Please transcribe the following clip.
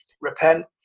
repent